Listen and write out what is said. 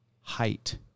height